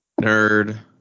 Nerd